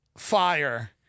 fire